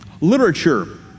literature